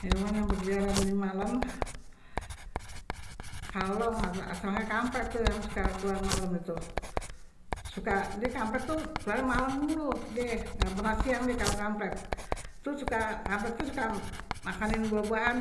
Hewan yang berkeliaran di malam kalong, atau asal kampret itu yang suka keluar malam itu dia kampret tuh keluar malam melulu die, ga pernah siang kalau kampret, kampret tuh suka makanin buah-buahan.